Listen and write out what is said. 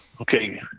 Okay